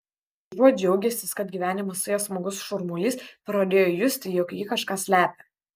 užuot džiaugęsis kad gyvenimas su ja smagus šurmulys pradėjo justi jog ji kažką slepia